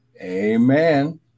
Amen